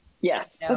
Yes